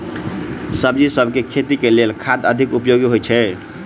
सब्जीसभ केँ खेती केँ लेल केँ खाद अधिक उपयोगी हएत अछि?